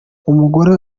umugore